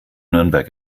nürnberg